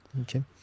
Okay